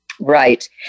Right